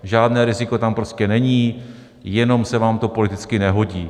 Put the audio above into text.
Žádné riziko tam prostě není, jenom se vám to politicky nehodí.